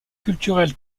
culturel